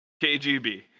KGB